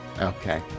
Okay